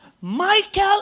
Michael